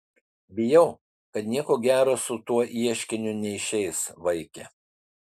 bijau kad nieko gero su tuo ieškiniu neišeis vaike